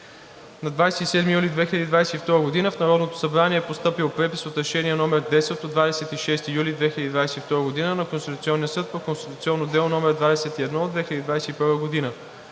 На 27 юли 2022 г. в Народното събрание е постъпил препис от Решение № 10 от 26 юли 2022 г. на Конституционния съд по конституционно дело № 21 от 2021 г.